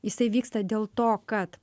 jisai vyksta dėl to kad